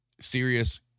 serious